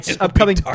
upcoming